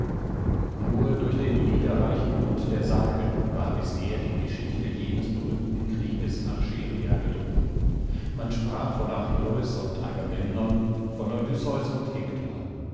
nur durch den liederreichen mund der sage war bisher die geschichte jenes berühmten krieges nach scheria gedrungen man sprach von achilleus und agamemnon von odysseus und hektor